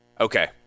Okay